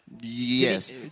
Yes